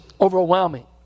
overwhelming